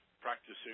practicing